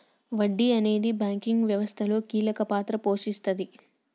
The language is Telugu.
వడ్డీ అనేది బ్యాంకింగ్ వ్యవస్థలో కీలక పాత్ర పోషిస్తాది